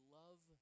love